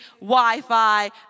Wi-Fi